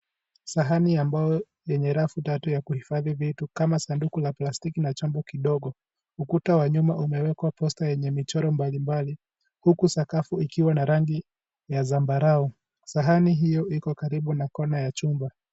Sahani ya mbao yenye rafu tatu ya kuhifadhi vitu kama sanduku la plastiki na chombo kidogo. Ukuta wa nyuma umewekwa poster yenye michoro mbalimbali, huku sakafu ikiwa na rangi ya zambarau. Sahani hiyo iko karibu na kona ya chumba.